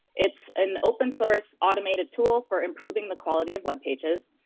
it's an open-source automated tool for improving the quality of web pages,